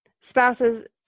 spouses